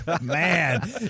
man